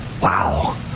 Wow